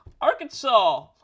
Arkansas